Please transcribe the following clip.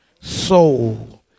soul